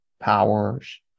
powers